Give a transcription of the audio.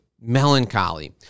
melancholy